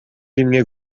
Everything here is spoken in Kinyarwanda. rimwe